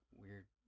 weird